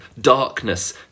Darkness